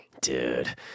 Dude